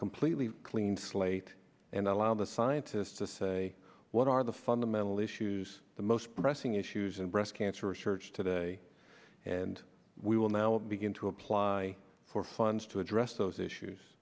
completely clean slate and allow the scientists to say what are the fundamental issues the most pressing issues in breast cancer research today and we will now begin to apply for funds to address those issues